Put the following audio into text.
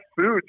food